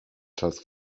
czas